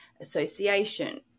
association